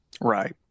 Right